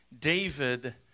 David